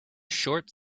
short